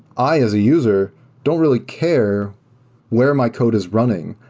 i as a user don't really care where my code is running.